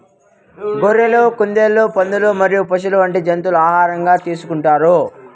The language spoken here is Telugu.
గొర్రెలు, కుందేళ్లు, పందులు మరియు పశువులు వంటి జంతువులను ఆహారంగా తీసుకుంటారు